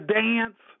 dance